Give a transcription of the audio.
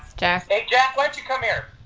jack, like yeah why don't you come here?